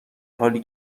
حالی